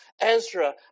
Ezra